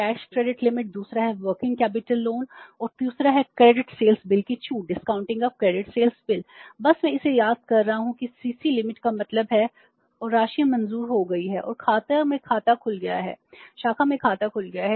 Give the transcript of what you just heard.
एक है CC limit CC limit cash credit limit का मतलब है और राशि मंजूर हो गई है और शाखा में खाता खुल गया है